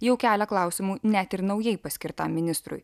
jau kelia klausimų net ir naujai paskirtam ministrui